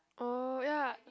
oh ya